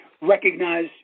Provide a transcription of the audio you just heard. recognize